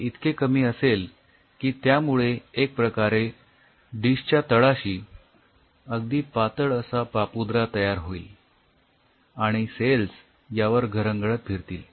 ते इतके कमी असेल कि त्यामुळे एक प्रकारे डिशच्या तळाशी अगदी पातळ असा पापुद्रा तयार होईल आणि सेल्स यावर घरंगळत फिरतील